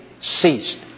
ceased